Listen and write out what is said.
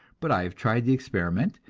but i have tried the experiment,